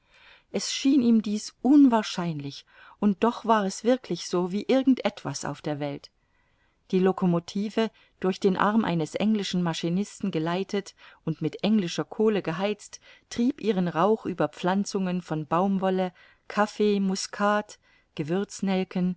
es schien ihm dies unwahrscheinlich und doch war es wirklich so wie irgend etwas auf der welt die locomotive durch den arm eines englischen maschinisten geleitet und mit englischer kohle geheizt trieb ihren rauch über pflanzungen von baumwolle kaffee muscat